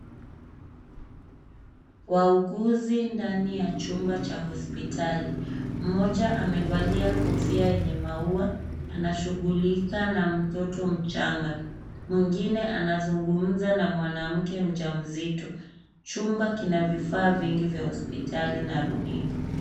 Wauguzi ndani ya chumba cha hospitali. Mmoja amevalia kofia yenye maua anashughulika na mtoto mchanga mwengine anazungumza na mwanamke mjamzito. Chumba kina vifaa vingi vya hospitali na runinga.